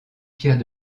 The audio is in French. pierre